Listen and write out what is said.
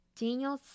Daniel